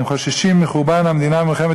הם חוששים מחורבן המדינה וממלחמת